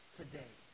today